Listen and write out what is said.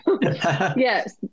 yes